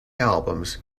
albums